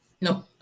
No